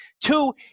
Two